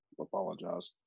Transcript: apologize